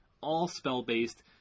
all-spell-based